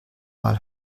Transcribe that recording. mal